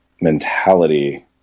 mentality